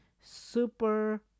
Super